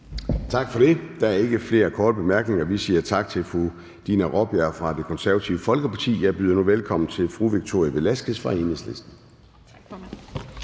Gade): Der er ikke flere korte bemærkninger, og vi siger tak til fru Dina Raabjerg fra Det Konservative Folkeparti. Jeg byder nu velkommen til fru Victoria Velasquez fra Enhedslisten.